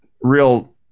real